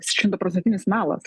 šimtaprocentinis melas